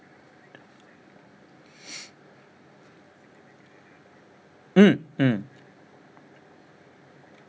mm mm